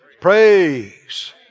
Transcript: Praise